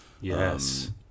Yes